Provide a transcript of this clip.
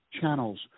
channels